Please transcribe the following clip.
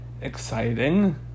exciting